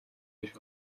эрх